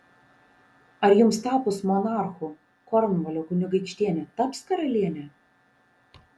ar jums tapus monarchu kornvalio kunigaikštienė taps karaliene